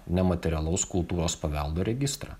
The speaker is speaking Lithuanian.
nematerialaus kultūros paveldo registrą